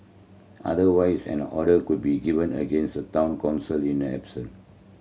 otherwise an order could be given against the Town Council in a absence